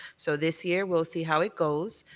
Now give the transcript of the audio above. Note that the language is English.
so this year we'll see how it goes,